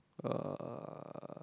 uh